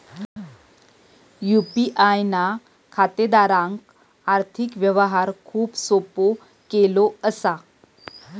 UPI ना खातेदारांक आर्थिक व्यवहार खूप सोपो केलो असा